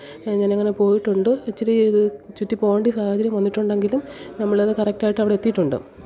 ഞാൻ അങ്ങനെ പോയിട്ടുണ്ട് ഇച്ചിരി ചുറ്റി പോവേണ്ടി സാഹചര്യം വന്നിട്ടുണ്ടെങ്കിലും നമ്മൾ അത് കറക്റ്റ് ആയിട്ട് അവിടെ എത്തിയിട്ടുണ്ട്